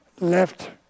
left